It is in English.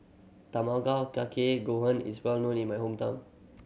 Tamago Kake Gohan is well known in my hometown